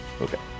Okay